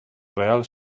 real